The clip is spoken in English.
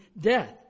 death